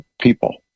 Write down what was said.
people